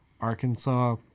Arkansas